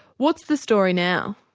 what's the story now?